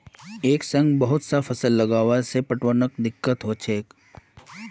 एक संग बहुतला फसल लगावा से पटवनोत दिक्कत ह छेक